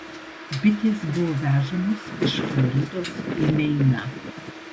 bitės buvo vežamos iš floridos į meiną